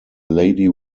lady